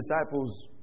disciples